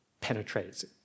penetrates